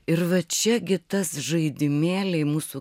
ir va čia gi tas žaidimėliai mūsų